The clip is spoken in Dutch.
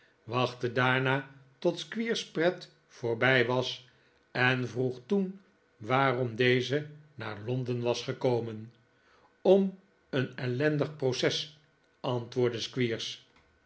daarna tot squeers pret voorbij was en vroeg toen waarom deze naar londen was gekomen om een ellendig proces antwoordde